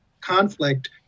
conflict